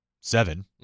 seven